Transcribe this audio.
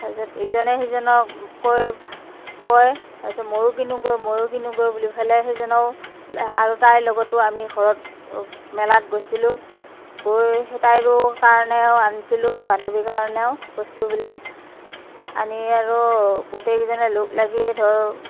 তাৰপিছত ইজনে সিজনক কয় কয় তাৰপিছত মইয়ো কিনোগৈ মইয়ো কিনোগৈ বুলি পেলাই সেইজনেও আৰু তাইৰ লগতো আমি ঘৰত মেলাত গৈছিলোঁ গৈ সেই তাইৰো কাৰণেও আনিছিলোঁ বান্ধৱীৰ কাৰণেও বস্তুবিলাক আনি আৰু গোটেইকেইজনে লগ লাগি ধৰ